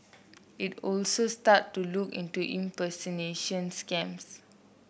it will also start to look into impersonation scams